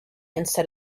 instead